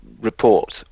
report